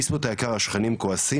ביסמוט היקר השכנים כועסים.